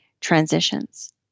transitions